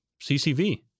CCV